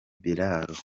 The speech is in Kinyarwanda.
biraro